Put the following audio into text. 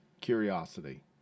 curiosity